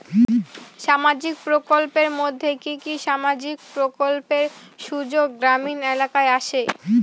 সামাজিক প্রকল্পের মধ্যে কি কি সামাজিক প্রকল্পের সুযোগ গ্রামীণ এলাকায় আসে?